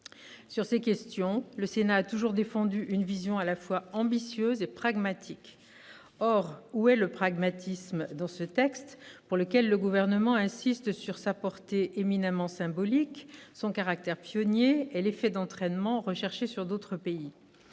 Sur ces questions, le Sénat a toujours défendu une vision à la fois ambitieuse et pragmatique. Or, où est le pragmatisme dans ce texte, dont le Gouvernement insiste sur la portée éminemment symbolique, le caractère pionnier et l'effet d'entraînement recherché sur d'autres pays ?